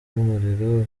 y’umuriro